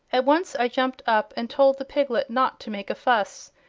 at once i jumped up and told the piglet not to make a fuss,